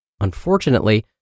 Unfortunately